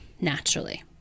naturally